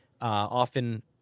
Often